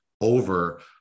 over